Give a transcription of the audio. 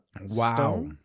Wow